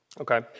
okay